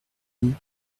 mis